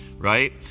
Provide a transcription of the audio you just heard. Right